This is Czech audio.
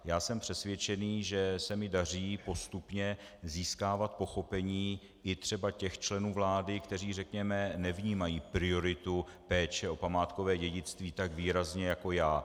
Já jsem přesvědčen, že se mi daří postupně získávat pochopení i třeba těch členů vlády, kteří řekněme nevnímají prioritu péče o památkové dědictví tak výrazně jako já.